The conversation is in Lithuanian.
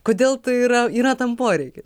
kodėl tai yra yra tam poreikis